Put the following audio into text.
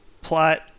plot